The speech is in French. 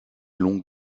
longue